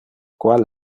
qual